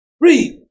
Read